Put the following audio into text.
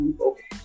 Okay